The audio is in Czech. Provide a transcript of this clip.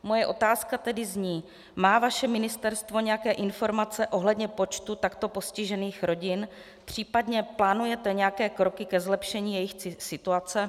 Moje otázka tedy zní: Má vaše ministerstvo nějaké informace ohledně počtu takto postižených rodin, případně plánujete nějaké kroky ke zlepšení jejich situace?